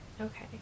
Okay